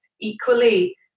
equally